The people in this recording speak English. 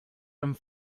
and